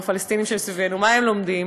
מה הם לומדים?